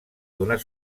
donar